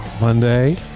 Monday